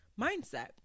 mindset